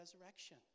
resurrection